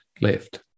left